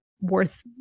worth